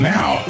Now